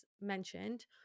mentioned